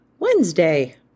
Wednesday